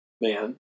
man